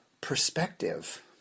perspective